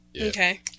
Okay